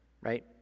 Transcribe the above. right